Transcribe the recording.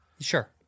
sure